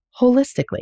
holistically